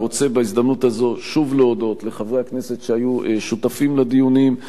אני רוצה בהזדמנות הזו שוב להודות לחברי הכנסת שהיו שותפים לדיונים,